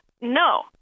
no